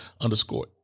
underscore